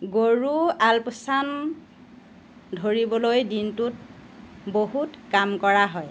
গৰুৰ আলপৈচান ধৰিবলৈ দিনটোত বহুত কাম কৰা হয়